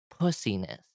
pussiness